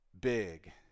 big